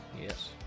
Yes